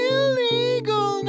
illegal